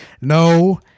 No